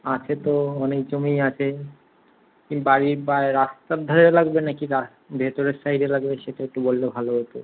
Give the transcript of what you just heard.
আছে তো অনেক জমিই আছে কী বাড়ির বা রাস্তার ধারে লাগবে নাকি রা ভেতরের সাইডে লাগবে সেটা একটু বললে ভালো হতো